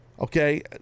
Okay